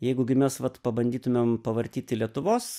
jeigu gi mes vat pa bandytumėm pavartyti lietuvos